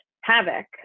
havoc